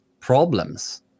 problems